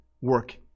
work